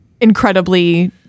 incredibly